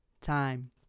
time